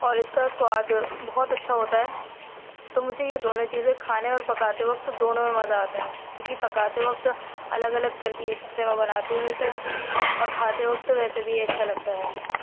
اور اس کا سواد بہت اچھا ہوتا ہے تو مجھے یہ دونوں چیزیں کھانے اور پکاتے وقت دونوں میں مزہ آتا ہے کیوںکہ پکاتے وقت الگ الگ ترکیب سے میں بناتی ہوں اسے اور کھاتے وقت تو ویسے بھی یہ اچھا لگتا ہے